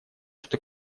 что